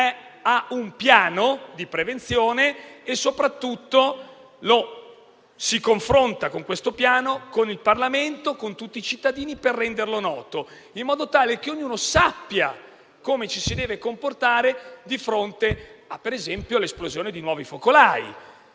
ha un piano di prevenzione e, soprattutto, che apre un confronto su questo piano con il Parlamento e con tutti i cittadini rendendolo noto, in modo tale che ognuno sappia come ci si deve comportare di fronte, ad esempio, all'esplosione di nuovi focolai.